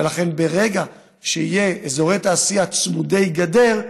ולכן ברגע שיהיו אזורי תעשייה צמודי גדר,